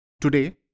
Today